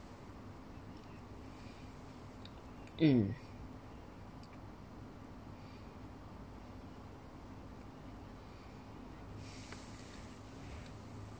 mm